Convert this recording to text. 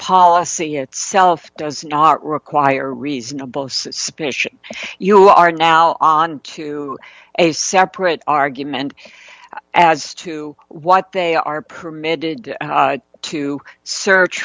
policy itself does not require reasonable suspicion you are now onto a separate argument as to what they are permitted to search